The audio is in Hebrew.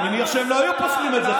אני מניח שהם לא היו פוסלים את זה.